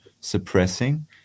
suppressing